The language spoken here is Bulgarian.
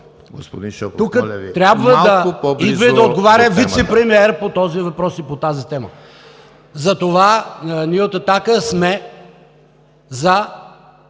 Тук трябва да идва и да отговаря вицепремиерът по този въпрос и по тази тема. Затова ние от „Атака“ сме за